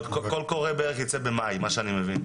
קול קורא ייצא בערך במאי, לפי מה שאני מבין.